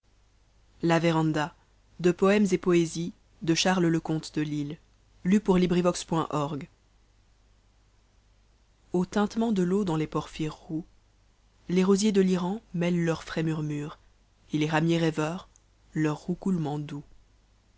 au tintement de l'eau dans les porphyres roux les rosiers de l'iran mêlent leurs frais murmures et les ramiers rêveurs leurs roucoulements doux